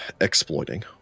exploiting